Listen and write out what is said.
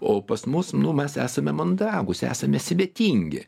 o pas mus nu mes esame mandagūs esame svetingi